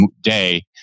day